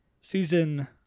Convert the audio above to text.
season